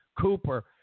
Cooper